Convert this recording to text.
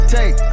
Take